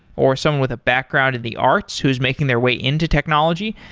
or someone with a background in the arts who is making their way into technology.